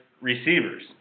receivers